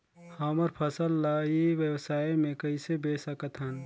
हमर फसल ल ई व्यवसाय मे कइसे बेच सकत हन?